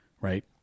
right